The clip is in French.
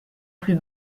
plus